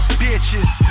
bitches